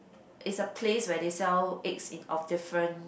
it's a place where they sell eggs in of different